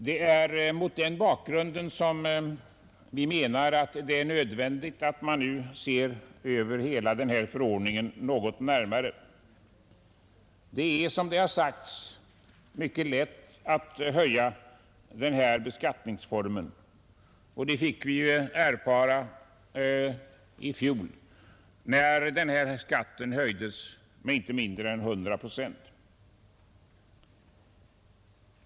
Det är mot den bakgrunden som vi menar att det är nödvändigt att man nu ser över hela den här förordningen. Det är, som det också har sagts, mycket lätt att höja denna beskattning, det fick vi erfara i fjol när skatten höjdes med inte mindre än 100 procent.